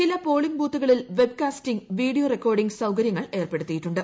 ചില പോളിംഗ് ബൂത്തുകളിൽ വെബ്കാസ്റ്റിൽ വീഡിയോ റെക്കോഡിംഗ് സൌകര്യ ങ്ങൾ ഏർപ്പെടുത്തിയിട്ടുണ്ട്